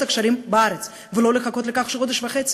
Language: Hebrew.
הקשרים בארץ ולא לחכות לכך חודש וחצי.